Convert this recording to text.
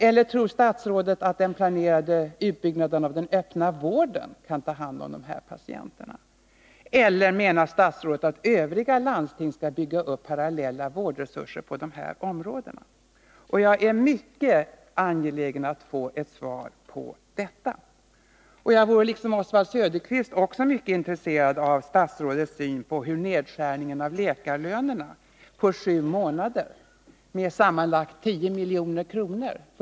Eller tror statsrådet att den planerade utbyggnaden av den öppna vården kan ta hand om de här patienterna? Eller menar statsrådet att övriga landsting skall bygga upp parallella vårdresurser på de här områdena? Jag är mycket angelägen om att få ett svar på detta. Jag vore, liksom Oswald Söderqvist, också mycket intresserad av statsrådets syn på hur nedskärningen av läkarlönerna med sammanlagt 10 milj.kr. på sju månader skall gå till.